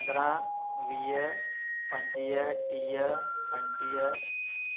पंद्रहं वीह पंजुवीह टीह पंजटीह